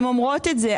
הן אומרות את זה,